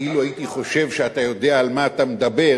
אילו הייתי חושב שאתה יודע על מה אתה מדבר,